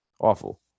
awful